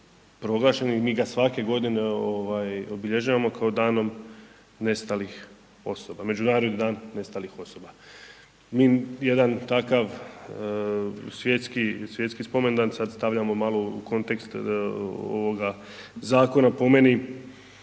mi ga svake godine obilježavamo kao danom nestalih osoba, Međunarodni dan nestalih osoba. Mi jedan takav svjetski spomendan sad stavljamo malo u kontekst ovoga zakona, po meni